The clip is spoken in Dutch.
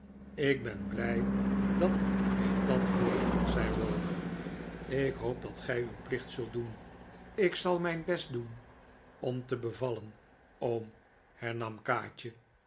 ik ben blij dat ik dat hoor zei ralph ik hoop dat gij uw plicht zult doen ik zal mijn best doen om te bevallen oom hernam kaatje